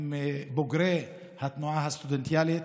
הם בוגרי התנועה הסטודנטיאלית,